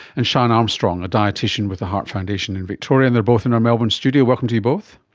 and sian armstrong, a dietician with the heart foundation in victoria, and they are both in our melbourne studio. welcome to you both.